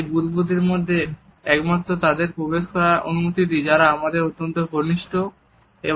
এই বুদবুদের মধ্যে আমরা একমাত্র তাদেরকেই প্রবেশ করার অনুমতি দেই যারা আমাদের অত্যন্ত ঘনিষ্ঠ হয়